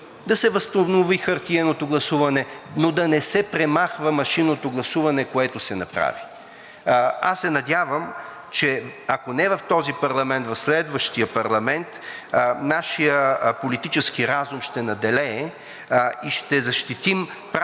да се възстанови хартиеното гласуване, но да не се премахва машинното гласуване, което се направи. Аз се надявам, че ако не в този, в следващия парламент нашият политически разум ще надделее и ще защитим правото